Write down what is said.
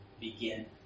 begin